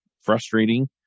frustrating